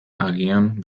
agian